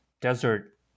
desert